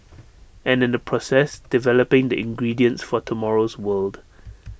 and in the process developing the ingredients for tomorrow's world